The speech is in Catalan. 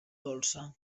dolça